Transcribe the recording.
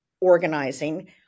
organizing